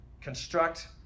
construct